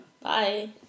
Bye